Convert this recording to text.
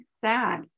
sad